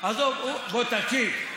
בוא תקשיב.